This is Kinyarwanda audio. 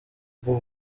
rwo